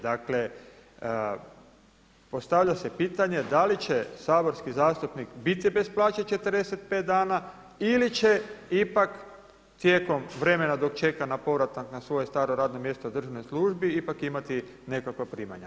Dakle, postavlja se pitanje, da li će saborski zastupnik biti bez plaće 45 dana ili će ipak tijekom vremena dok čeka na povratak na svoje staro radno mjesto u državnoj službi ipak imati nekakva primanja?